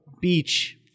beach